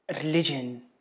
religion